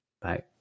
Bye